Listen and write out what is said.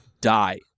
die